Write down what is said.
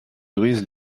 brise